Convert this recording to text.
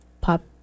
pop